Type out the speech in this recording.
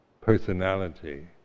personality